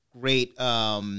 Great